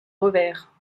revers